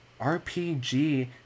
rpg